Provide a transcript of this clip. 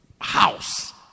house